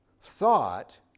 thought